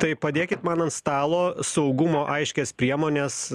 tai padėkit man ant stalo saugumo aiškias priemones